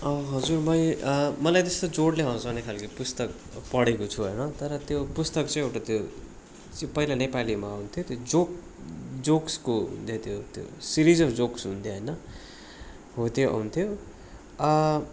हजुर म मलाई त्यस्तो जोडले हँसाउने खालको पुस्तक पढेको छु होइन तर त्यो पुस्तक चाहिँ एउटा त्यो पहिला नेपालीमा हुन्थ्यो त्यो जोक जोक्सको धेरै त त्यो सिरिजहरू जोक्स हुन्थ्यो होइन हो त्यो हुन्थ्यो